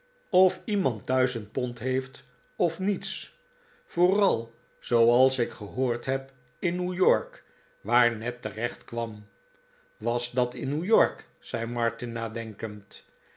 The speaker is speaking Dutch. of iemand duizend pond heeft of niets vobral zooals ik gehoord heb in new york waar ned terechtkwam was dat in new york zei martin nadenkend